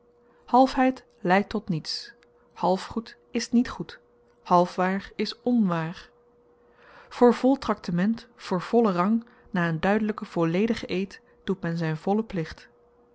halfheid leidt tot niets half goed is niet goed half waar is on waar voor vol traktement voor vollen rang na een duidelyken volledigen eed doe men zyn vollen plicht